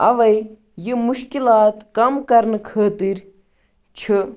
اَوَے یہِ مُشکِلات کَم کرنہٕ خٲطرٕ چھِ